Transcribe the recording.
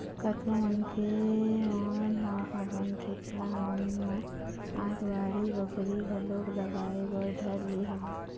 कतको मनखे मन ह अपन खेत खार मन म आज बाड़ी बखरी घलोक लगाए बर धर ले हवय